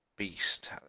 Beast